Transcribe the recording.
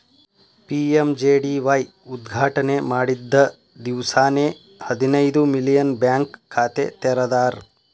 PMJDY ಉದ್ಘಾಟನೆ ಮಾಡಿದ್ದ ದಿವ್ಸಾನೆ ಹದಿನೈದು ಮಿಲಿಯನ್ ಬ್ಯಾಂಕ್ ಖಾತೆ ತೆರದಾರ್